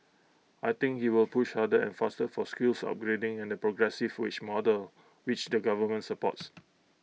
I think he will push harder and faster for skills upgrading and the progressive wage model which the government supports